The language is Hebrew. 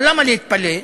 אבל למה להתפלא?